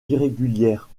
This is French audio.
irrégulière